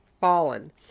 fallen